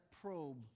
probe